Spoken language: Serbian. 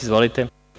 Izvolite.